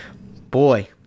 boy